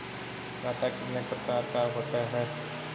खाता कितने प्रकार का होता है?